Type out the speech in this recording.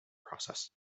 process